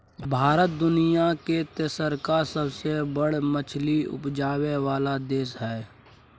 भारत दुनिया के तेसरका सबसे बड़ मछली उपजाबै वाला देश हय